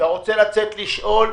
אתה רוצה לצאת לשאול?